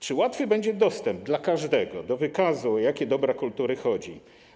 Czy łatwy będzie dostęp dla każdego do wykazu, o jakie dobra kultury chodzi?